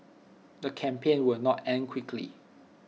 the campaign will not end quickly